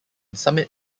summit